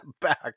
back